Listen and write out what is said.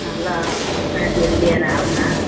ल ल ल साथीहरू लिएर आऊ न